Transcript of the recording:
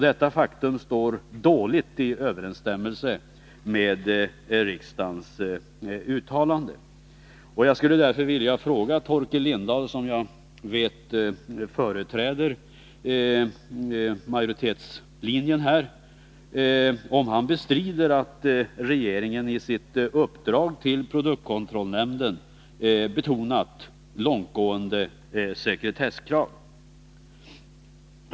Detta faktum står dåligt i överensstämmelse med riksdagens uttalanden. Jag skulle därför vilja fråga Torkel Lindahl, som jag vet företräder majoritetslinjen, om han bestrider att regeringen i sitt uppdrag till produktkontrollnämnden betonat långtgående sekretesskrav.